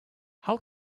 how